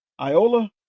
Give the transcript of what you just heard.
Iola